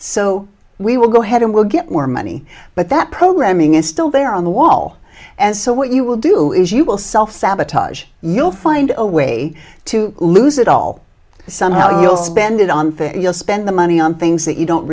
so we will go ahead and we'll get more money but that programming is still there on the wall and so what you will do is you will self sabotage you'll find a way to lose it all somehow you'll spend it on thing you'll spend the money on things that you don't